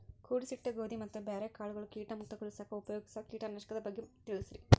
ಕೂಡಿಸಿಟ್ಟ ಗೋಧಿ ಮತ್ತ ಬ್ಯಾರೆ ಕಾಳಗೊಳ್ ಕೇಟ ಮುಕ್ತಗೋಳಿಸಾಕ್ ಉಪಯೋಗಿಸೋ ಕೇಟನಾಶಕದ ಬಗ್ಗೆ ತಿಳಸ್ರಿ